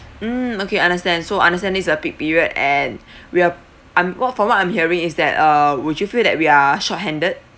mm okay understand so understand this is a peak period and we're I'm what from what I'm hearing is that uh would you feel that we are short handed